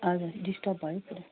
हजुर डिस्टर्ब भयो कि क्या हो